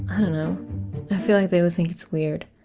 i don't know, i feel like they would think it's weird.